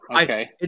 Okay